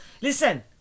Listen